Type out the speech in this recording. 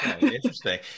Interesting